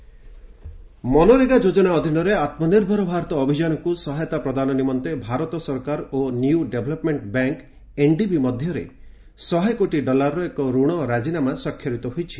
ଋଣ ରାଜିନାମା ମନରେଗା ଯୋଜନା ଅଧୀନରେ ଆତ୍ମନିର୍ଭର ଭାରତ ଅଭିଯାନକୁ ସହାୟତା ପ୍ରଦାନ ନିମନ୍ତେ ଭାରତ ସରକାର ଓ ନିୟ ଡେଭେଲପମେଣ୍ଟ ବ୍ୟାଙ୍କ ଏନ୍ଡିବି ମଧ୍ୟରେ ଶହେ କୋଟି ଡଲାରର ଏକ ଋଣ ରାଜିନାମା ସ୍ୱାକ୍ଷରିତ ହୋଇଛି